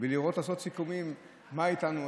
לעשות סיכומים: מה איתנו,